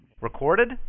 Recorded